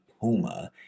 Puma